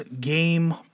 game